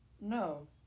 No